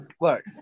Look